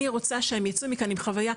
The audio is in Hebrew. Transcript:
אני רוצה שהם יצאו מכאן עם חוויה,